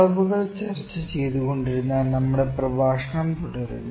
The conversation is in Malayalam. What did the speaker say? അളവുകൾ ചർച്ച ചെയ്തുകൊണ്ടിരുന്ന നമ്മുടെ പ്രഭാഷണം തുടരുന്നു